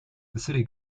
city